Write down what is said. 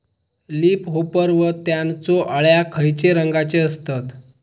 Leaf hopper व त्यानचो अळ्या खैचे रंगाचे असतत?